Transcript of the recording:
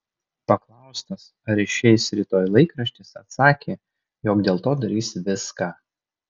paklaustas ar išeis rytoj laikraštis atsakė jog dėl to darys viską